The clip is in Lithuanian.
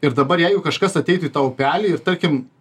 ir dabar jeigu kažkas ateitų į tą upelį ir tarkim